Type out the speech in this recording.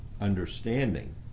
understanding